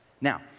Now